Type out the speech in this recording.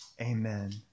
Amen